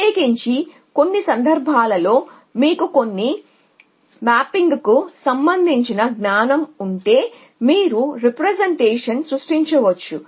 ప్రత్యేకించి కొన్ని సందర్భాల్లో మీకు కొన్ని మ్యాపింగ్కు సంబంధించిన జ్ఞానం ఉంటే మీరు రీప్రెజెంటేషన్ తో సృష్టించవచ్చు